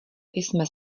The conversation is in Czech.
jsme